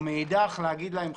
או מאידך לומר להם,